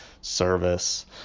service